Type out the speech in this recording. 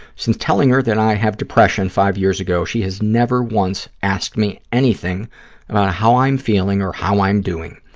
since telling her that i have depression five years ago, she has never once asked me anything about how i am feeling or how i i am doing.